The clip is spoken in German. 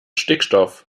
stickstoff